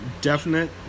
definite